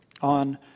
on